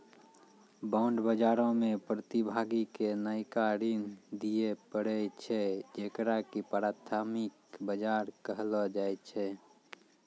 bond बजारो मे प्रतिभागी के नयका ऋण दिये पड़ै छै जेकरा की प्राथमिक बजार कहलो जाय छै